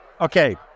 Okay